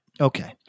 Okay